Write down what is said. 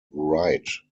write